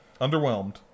Underwhelmed